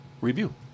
review